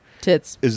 Tits